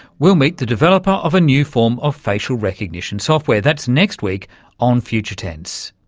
we'll meet the developer of a new form of facial recognition software. that's next week on future tense.